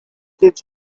did